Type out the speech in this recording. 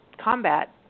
combat